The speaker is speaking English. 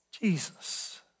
Jesus